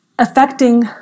affecting